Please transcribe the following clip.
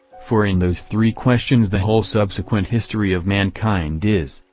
for in those three questions the whole subsequent history of mankind is,